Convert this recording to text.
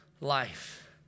life